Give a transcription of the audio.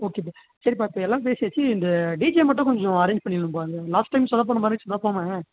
ஓகேப்பா சரிப்பா இப்போ எல்லாம் பேசியாச்சு இந்த டீஜே மட்டும் கொஞ்சம் அரேஞ்ச் பண்ணிடுங்கப்பா இந்த லாஸ்ட் டைம் சொதப்புன மாதிரி சொதப்பாமல்